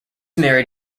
married